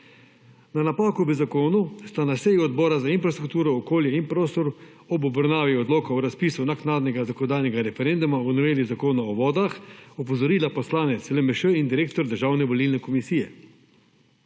Na napako v zakonu sta na seji Odbora za infrastrukturo, okolje in prostor ob obravnavi Odloka o razpisu naknadnega zakonodajnega referenduma o Noveli Zakona o vodah opozorila poslanec LMŠ in direktor Državne volilne komisije.